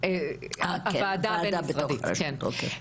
הוועדה הבין-משרדית, כן.